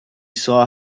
saw